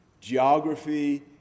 geography